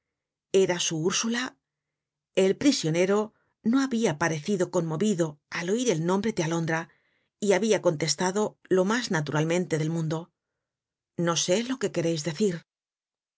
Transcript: era su ursula el prisionero ne habia parecido conmovido al oir el nombre de alondra y habia contestado lo mas naturalmente del mundo no sé lo que quereis decir